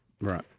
Right